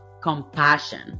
compassion